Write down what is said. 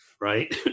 right